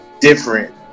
different